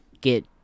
get